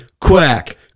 Quack